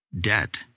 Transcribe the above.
debt